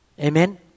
Amen